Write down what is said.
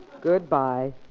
Goodbye